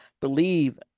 believe